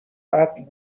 قتل